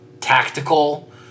tactical